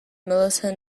militia